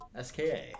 SKA